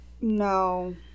No